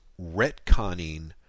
retconning